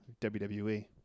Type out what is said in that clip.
WWE